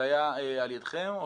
זה היה על ידכם?